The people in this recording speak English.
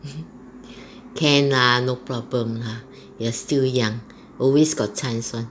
can lah no problem lah you're still young always got chance [one]